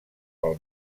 pel